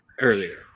earlier